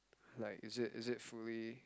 like is it is it fully